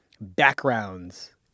backgrounds